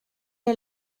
est